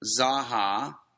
Zaha